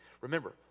Remember